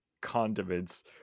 condiments